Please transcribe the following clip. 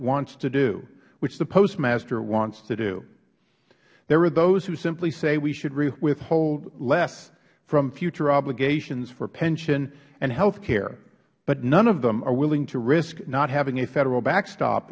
wants to do which the postmaster wants to do there are those who simply say we should withhold less from future obligations for pension and health care but none of them are willing to risk not having a federal backstop